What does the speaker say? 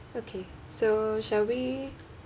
okay so shall we